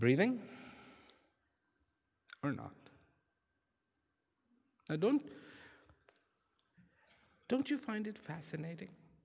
breathing or not i don't don't you find it fascinating